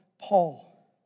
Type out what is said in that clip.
Paul